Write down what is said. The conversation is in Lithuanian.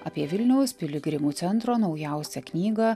apie vilniaus piligrimų centro naujausią knygą